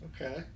okay